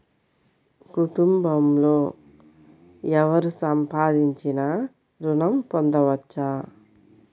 కుటుంబంలో ఎవరు సంపాదించినా ఋణం పొందవచ్చా?